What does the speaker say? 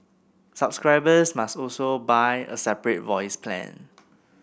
subscribers must also buy a separate voice plan